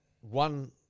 one